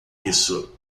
isso